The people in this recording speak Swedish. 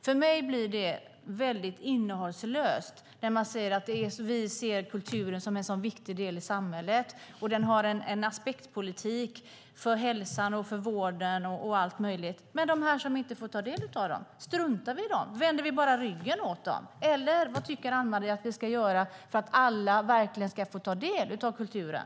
För mig blir det väldigt innehållslöst när man säger att man ser kulturen som en viktig del i samhället, att den innebär en aspektpolitik för hälsan, för vården och för allt möjligt. Men hur är det med dem som inte får ta del av kulturen? Struntar vi i dem? Vänder vi bara ryggen åt dem? Eller vad tycker Anne Marie att vi ska göra för att alla verkligen ska få ta del av kulturen?